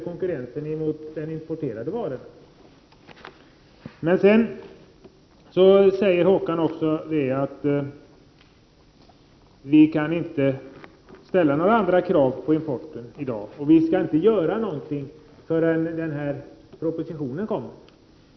Konkurrensen gentemot de importerade varorna förbättrades. Håkan Strömberg säger att vi i dag inte kan ställa några andra krav på importen och att vi inte kan göra någonting förrän propositionen kommer.